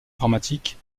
informatiques